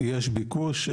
יש ביקוש,